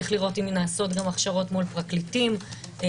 צריך לראות אם נעשות גם הכשרות מול פרקליטים ופרקליטות,